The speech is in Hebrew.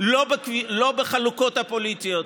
לא בחלוקות הפוליטיות